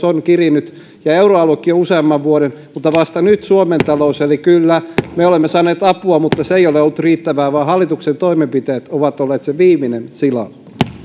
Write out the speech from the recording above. on kirinyt ja euroaluekin useamman vuoden mutta vasta nyt suomen talous eli kyllä me olemme saaneet apua mutta se ei ole ollut riittävää vaan hallituksen toimenpiteet ovat olleet se viimeinen silaus